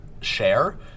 share